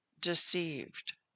deceived